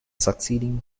succeeding